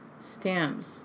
Stamps